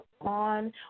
on